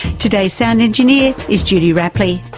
today's sound engineer is judy rapley.